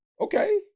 Okay